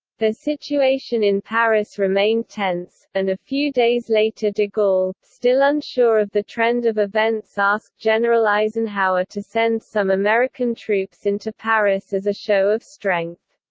the situation in paris remained tense, and a few days later de gaulle, still unsure of the trend of events asked general eisenhower to send some american troops into paris as a show of strength.